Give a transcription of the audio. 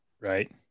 Right